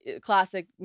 classic